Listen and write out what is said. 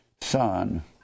son